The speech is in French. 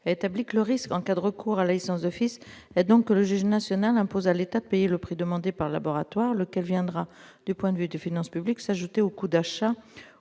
a établi que « le risque en cas de recours à la licence d'office est donc que le juge national impose à l'État de payer le prix demandé par le laboratoire, lequel prix viendra, du point de vue des finances publiques, s'ajouter au coût d'achat